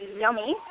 yummy